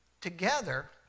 together